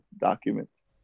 documents